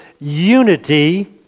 unity